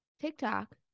TikTok